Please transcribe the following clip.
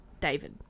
david